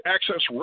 Access